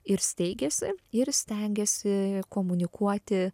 ir steigėsi ir stengėsi komunikuoti